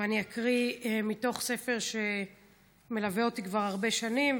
ואני אקריא מתוך ספר שמלווה אותי כבר הרבה שנים,